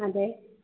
അതെ